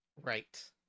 Right